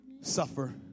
Suffer